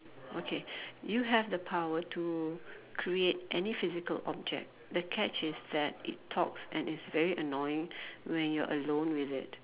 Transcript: okay you have the power to create any physical object the catch is that it talks and it's very annoying when you're alone with it